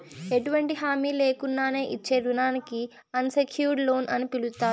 ఎటువంటి హామీ లేకున్నానే ఇచ్చే రుణానికి అన్సెక్యూర్డ్ లోన్ అని పిలస్తారు